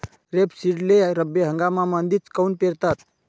रेपसीडले रब्बी हंगामामंदीच काऊन पेरतात?